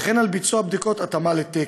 וכן על ביצוע בדיקות התאמה לתקן.